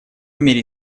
мере